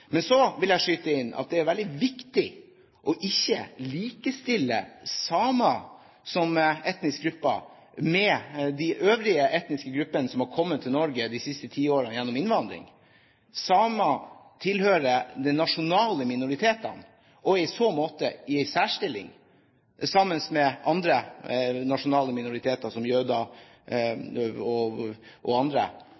Men så vil jeg skyte inn at det er veldig viktig ikke å likestille samer som etnisk gruppe med de øvrige etniske gruppene som har kommet til Norge de siste ti årene gjennom innvandring. Samer tilhører de nasjonale minoritetene og er i så måte i en særstilling, sammen med andre nasjonale minoriteter, som jøder